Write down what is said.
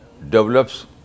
Develops